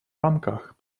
рамках